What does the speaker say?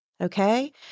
okay